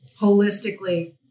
holistically